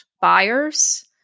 buyers